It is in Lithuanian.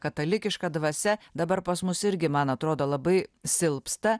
katalikiška dvasia dabar pas mus irgi man atrodo labai silpsta